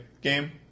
game